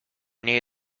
near